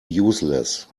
useless